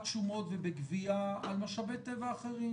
שומות ובגביה על משאבי טבע אחרים,